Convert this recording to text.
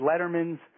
Letterman's